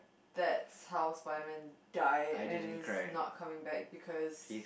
that's how Spiderman died and he's not coming back because